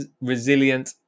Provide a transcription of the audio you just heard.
resilient